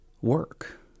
work